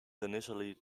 initially